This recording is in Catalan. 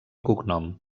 cognom